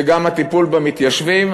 זה גם הטיפול במתיישבים.